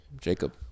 Jacob